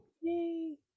Yay